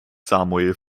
samuel